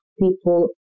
people